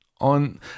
on